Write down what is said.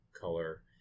color